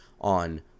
on